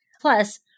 plus